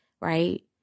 right